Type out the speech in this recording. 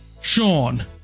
sean